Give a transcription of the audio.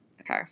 Okay